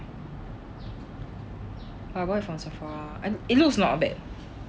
but I buy it from Sephora it looks not bad